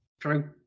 True